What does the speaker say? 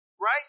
right